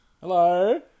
Hello